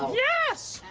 yes.